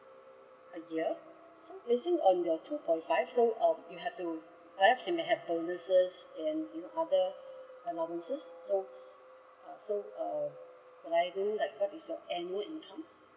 a year so seen on your two point five uh we have to perhaps you may have bonuses then you know other allowances so uh so uh could I know what is your like annual income